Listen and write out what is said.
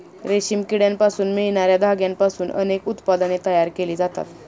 रेशमी किड्यांपासून मिळणार्या धाग्यांपासून अनेक उत्पादने तयार केली जातात